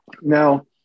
Now